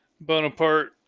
Bonaparte